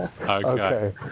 Okay